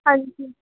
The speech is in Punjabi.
ਹਾਂਜੀ